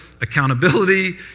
accountability